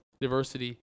diversity